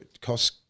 cost